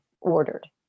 ordered